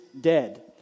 dead